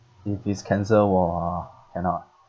if it's cancer !wah! cannot ah